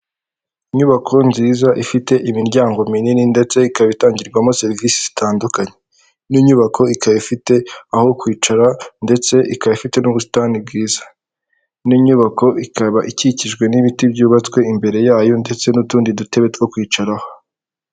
Inyubako nziza ifite imiryango minini ndetse ikaba itangirwamo serivisi zitandukanye, ni inyubako ikaba ifite aho kwicara ndetse ikaba ifite n'ubusitani bwiza, ni nyubako ikaba ikikijwe n'ibiti byubatswe imbere yayo ndetse n'utundi dutebe two kwicaraho.